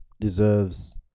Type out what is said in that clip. deserves